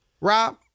Rob